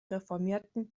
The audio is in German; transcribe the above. reformierten